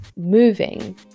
moving